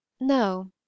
No